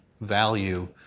value